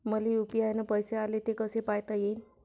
मले यू.पी.आय न पैसे आले, ते कसे पायता येईन?